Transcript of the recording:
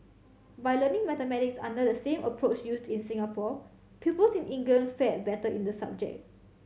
by learning mathematics under the same approach used in Singapore pupils in England fared better in the subject